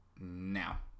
now